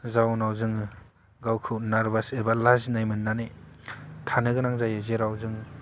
जाउनाव जोङो गावखौ नारभास एबा लाजिनाय मोननानै थानो गोनां जायो जेराव जों